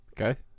Okay